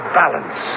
balance